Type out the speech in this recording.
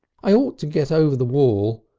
i oughtn't to get over the wall,